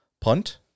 Punt